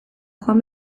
joan